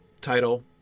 title